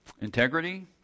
integrity